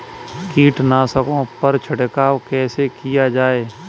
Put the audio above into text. कीटनाशकों पर छिड़काव कैसे किया जाए?